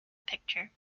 picture